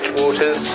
waters